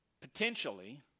potentially